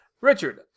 Richard